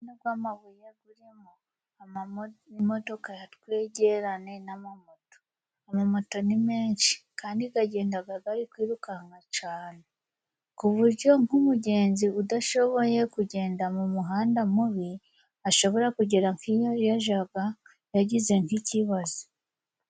Umuhanda gw'amabuye gurimo amamoto n'imodoka ya twegerane n'amamoto ni menshi kandi gagendaga gari kwirukanka cane, ku buryo nk'umugenzi udashoboye kugenda mu muhanda mubi, ashobora kugera nkiyo yajaga yagize nk'ikibazo.